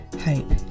hope